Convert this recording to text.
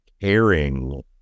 caring